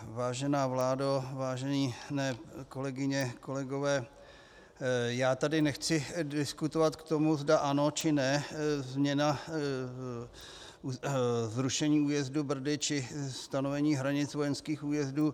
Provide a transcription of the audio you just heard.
Vážená vládo, vážené kolegyně, kolegové, já tady nechci diskutovat k tomu, zda ano, či ne zrušení újezdu Brdy či stanovení hranic vojenských újezdů.